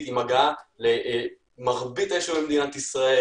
עם הגעה למרבית הישובים במדינת ישראל,